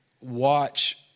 watch